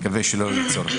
נקווה שלא יהיה בזה צורך.